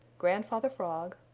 grandfather frog,